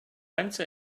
enter